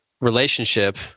relationship